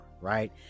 right